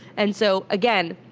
and so again,